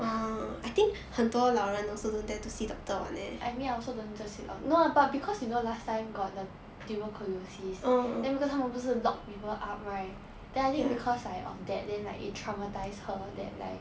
I mean I also don't just see doc~ but because you know last time got the tuberculosis then because 他们不是 lock people up right then I think because like of that then like it traumatised her that like